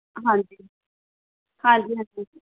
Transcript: ਹਾਂਜੀ ਹਾਂਜੀ ਹਾਂਜੀ